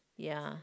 ya